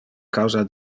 causa